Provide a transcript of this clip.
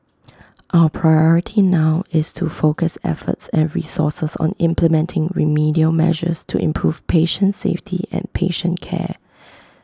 our priority now is to focus efforts and resources on implementing remedial measures to improve patient safety and patient care